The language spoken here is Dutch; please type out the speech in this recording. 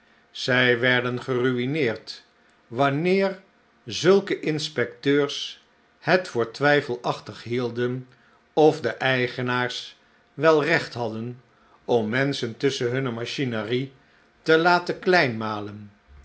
zij werden geruineerd wanneer zulke inspecteurs het voor twijfelachtig hielden of de eigenaars wel recht hadden om menschen tusschen hunne machinerie te men